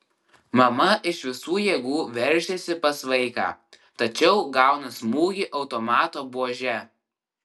mama iš visų jėgų veržiasi pas vaiką tačiau gauna smūgį automato buože